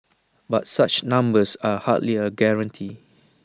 but such numbers are hardly A guarantee